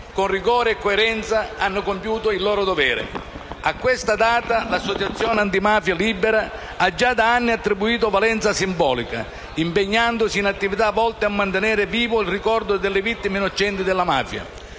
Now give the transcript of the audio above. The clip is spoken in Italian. con rigore e coerenza, hanno compiuto il loro dovere. A questa data l'associazione antimafia Libera ha già da anni attribuito valenza simbolica, impegnandosi in attività volte a mantenere vivo il ricordo delle vittime innocenti della mafia.